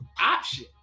option